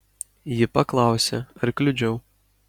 ji paklausė ar kliudžiau